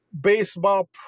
Baseball